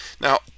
Now